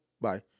Bye